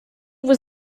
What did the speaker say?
was